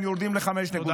היינו יורדים ל-5.2%.